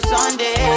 Sunday